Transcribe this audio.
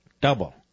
double